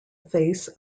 face